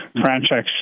franchise